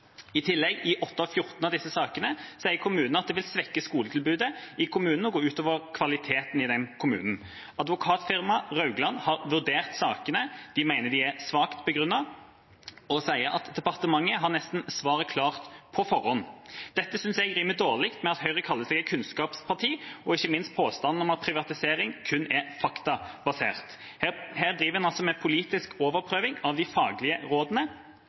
I tillegg: I åtte av fjorten av disse sakene sier kommunene at det vil svekke skoletilbudet i kommunene og gå ut over kvaliteten i den enkelte kommunen. Advokatfirmaet Raugland har vurdert sakene. De mener de er svakt begrunnet og sier at departementet har svaret nesten klart på forhånd. Dette synes jeg rimer dårlig med at Høyre kaller seg et kunnskapsparti, og ikke minst med påstanden om at privatisering kun er faktabasert. Her driver en altså med politisk overprøving av de faglige rådene,